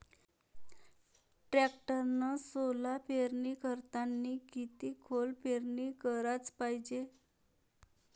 टॅक्टरनं सोला पेरनी करतांनी किती खोल पेरनी कराच पायजे?